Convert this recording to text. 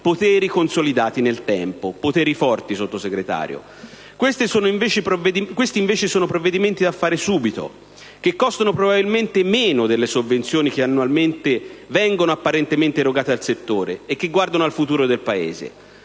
dieci anni fa al Paese e che non avete realizzato. Questi invece sono provvedimenti da fare subito, che costano probabilmente meno delle sovvenzioni che annualmente vengono apparentemente erogate al settore e che guardano al futuro del Paese.